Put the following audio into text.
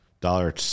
dollar